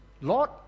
Lord